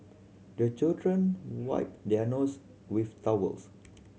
the children wipe their nose with towels